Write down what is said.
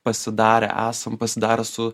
pasidarę esam pasidarę su